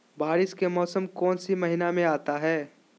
बारिस के मौसम कौन सी महीने में आता है?